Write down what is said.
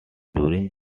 during